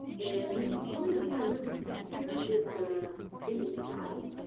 and the only thing i really set here is the image size.